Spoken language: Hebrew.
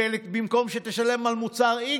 ובמקום שתשלם על מוצר x,